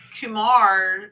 Kumar